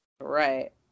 Right